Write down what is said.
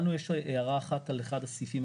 לנו יש הערה אחת על אחד הסעיפים.